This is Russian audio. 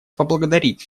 поблагодарить